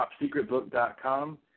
Topsecretbook.com